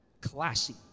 Classy